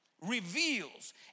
reveals